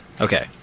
Okay